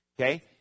Okay